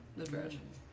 the trojans